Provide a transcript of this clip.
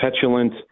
petulant